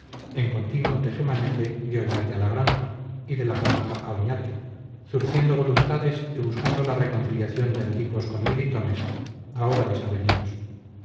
en continuo teje maneje de oñate a la granja y de la granja a oñate zurciendo voluntades y buscando la reconciliación de antiguos comilitones ahora desavenidos